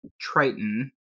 Triton